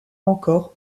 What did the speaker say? encore